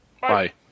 Bye